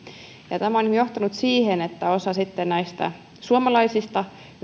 tämä on johtanut siihen että osa näistä suomalaisista